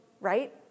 right